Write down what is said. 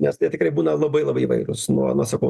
nes tai tikrai būna labai labai įvairūs nu va nu sakau